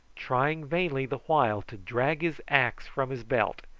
trying vainly the while to drag his axe from his belt.